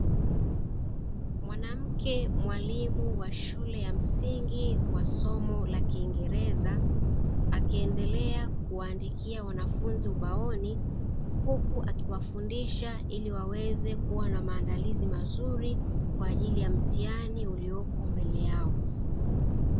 Mwanamke mwalimu wa shule ya msingi wa somo la kingereza, akiendelea kuwaandikia wanafunzi ubaoni, huku akiwafundisha ili waweze kuwa na maandalizi mazuri kwa ajili ya mtihani ulioko mbele yao.